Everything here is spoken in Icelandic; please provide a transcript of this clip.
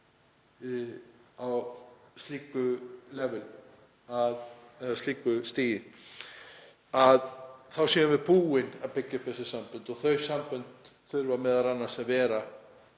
á slíku stigi, að við séum þá búin að byggja upp þessi sambönd og þau sambönd þurfa m.a. að vera